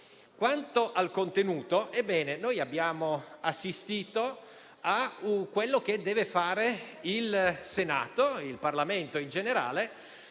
Quanto al contenuto, ebbene, abbiamo assistito a quello che deve fare il Senato, e il Parlamento in generale,